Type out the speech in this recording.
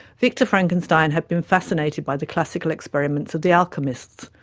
victor frankenstein had been fascinated by the classical experiments of the alchemists,